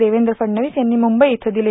देवेंद्र फडणवीस यांनी मुंबई इथं दिले